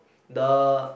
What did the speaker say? the